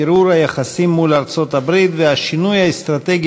ערעור היחסים מול ארצות-הברית והשינוי האסטרטגי